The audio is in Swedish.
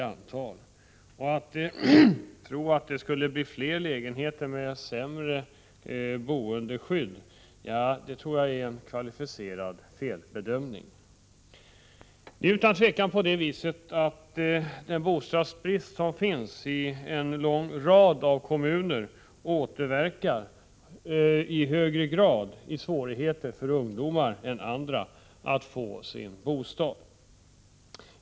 Att bara tro att det skulle bli fler lägenheter med = Nr 147 sämre boendeskydd är en kvalificerad felbedömning. Det är utan tvivel på det viset att den bostadsbrist som råder i en lång rad av kommuner leder i an ID högre grad till svårigheter för ungdomar än för andra att få sin bostad.